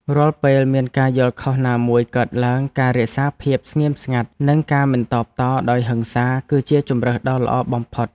រាល់ពេលមានការយល់ខុសណាមួយកើតឡើងការរក្សាភាពស្ងៀមស្ងាត់ និងការមិនតបតដោយហិង្សាគឺជាជម្រើសដ៏ល្អបំផុត។